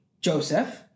joseph